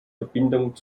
verbindung